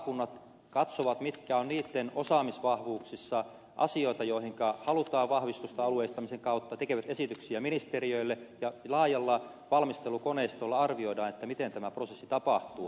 maakunnat katsovat mitkä ovat niitten osaamisvahvuuksissa asioita joihinka halutaan vahvistusta alueellistamisen kautta tekevät esityksiä ministeriöille ja laajalla valmistelukoneistolla arvioidaan miten tämä prosessi tapahtuu